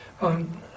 on